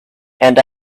and